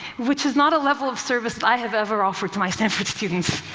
which is not a level of service i have ever offered to my stanford students.